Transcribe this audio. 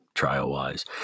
trial-wise